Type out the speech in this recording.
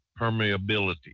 permeability